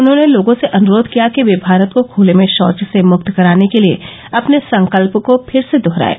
उन्होंने लोगों से अनुरोध किया कि वे भारत को खुले में शौच से मुक्त कराने के लिए अपने संकल्प को फिर से दोहराएं